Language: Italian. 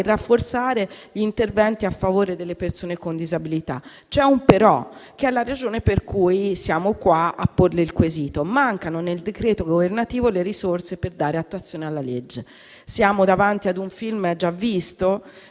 rafforzare gli interventi a favore delle persone con disabilità. C'è un però che è la ragione per cui siamo qua a porre il quesito. Mancano nel decreto governativo le risorse per dare attuazione alla legge. Siamo davanti ad un film già visto